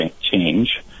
change